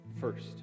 first